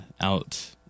out